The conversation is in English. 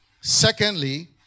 Secondly